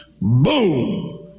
Boom